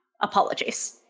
apologies